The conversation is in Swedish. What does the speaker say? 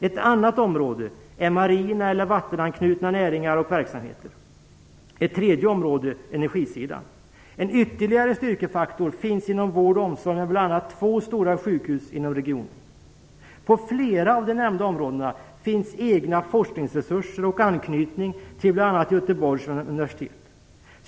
Ett annat område är marina eller vattenanknutna näringar och verksamheter. Ett tredje område är energisidan. En ytterligare styrkefaktor finns inom vård och omsorg, med bl.a. två stora sjukhus inom regionen. På flera av de nämnda områdena finns egna forskningsresurser och anknytning till bl.a. Göteborgs universitet.